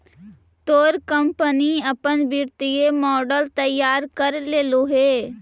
तोर कंपनी अपन वित्तीय मॉडल तैयार कर लेलो हे?